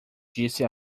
disse